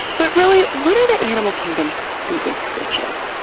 but really, what are the animal kingdom's biggest bitches?